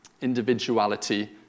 individuality